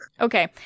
Okay